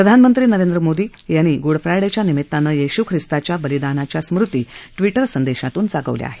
प्रधानमंत्री नरेंद्र मोदी यांनी गुडफ्रायडेच्या निमित्तानं येशू ख़िस्ताच्या बलीदानाच्या स्मृती ट्विटर संदेशातून जागवल्या आहेत